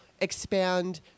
expand